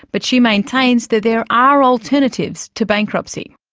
but she maintains there there are alternatives to bankruptcy.